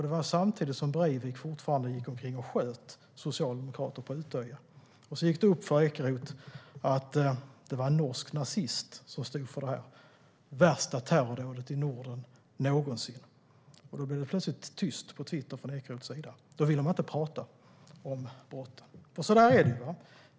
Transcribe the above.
Det var samtidigt som Breivik fortfarande gick omkring och sköt socialdemokrater på Utøya. Sedan gick det upp för Ekeroth att det var en norsk nazist som stod för detta - det värsta terrordådet i Norden någonsin. Då blev det plötsligt tyst på Twitter från Ekeroths sida. Då ville han inte tala om brottet. Så där är det.